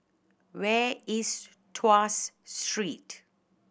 where is Tuas Street